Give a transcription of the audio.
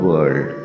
World